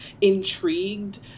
intrigued